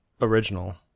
original